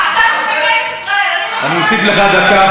את ישראל, אני מוסיף לך דקה, בבקשה.